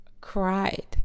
cried